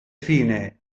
fine